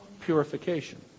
purification